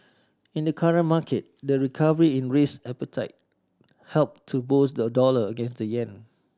in the currency market the recovery in risk appetite helped to boost the dollar against the yen